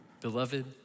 Beloved